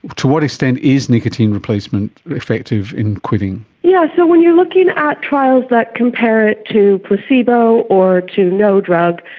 to what extent is nicotine replacement effective in quitting? yeah so when you're looking at trials that compare it to placebo or to no drug,